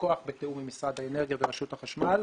הכוח בתיאום עם משרד האנרגיה ורשות החשמל.